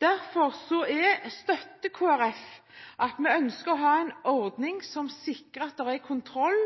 Derfor støtter Kristelig Folkeparti ønsket om å ha en ordning som sikrer at det er kontroll,